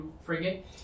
frigate